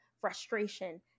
frustration